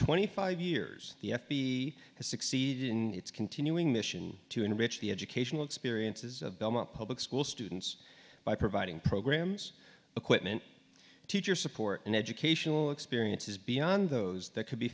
twenty five years the f b has succeeded in its continuing mission to enrich the educational experiences of belmont public school students by providing programs equipment teachers support and educational experiences beyond those that could be